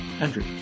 Andrew